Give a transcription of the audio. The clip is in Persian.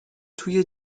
توی